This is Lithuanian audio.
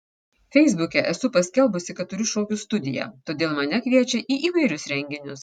feisbuke esu paskelbusi kad turiu šokių studiją todėl mane kviečia į įvairius renginius